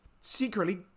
secretly